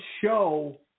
show